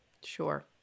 Sure